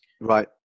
Right